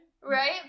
right